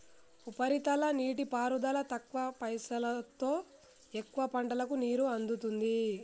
ఉపరితల నీటిపారుదల తక్కువ పైసలోతో ఎక్కువ పంటలకు నీరు అందుతుంది